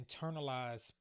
internalize